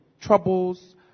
troubles